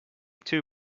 too